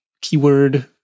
keyword